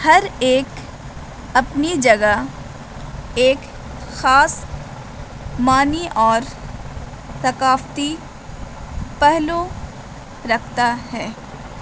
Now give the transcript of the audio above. ہر ایک اپنی جگہ ایک خاص معنی اور ثقافتی پہلو رکھتا ہے